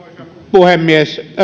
puhemies